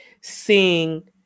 seeing